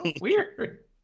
weird